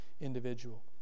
individual